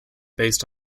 based